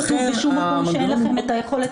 לא כתוב בשום מקום שאין לכם את היכולת